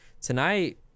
Tonight